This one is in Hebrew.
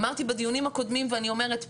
אמרתי בדיונים הקודמים ואני אומרת פה,